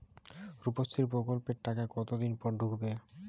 রুপশ্রী প্রকল্পের টাকা কতদিন পর ঢুকবে?